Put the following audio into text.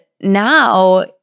now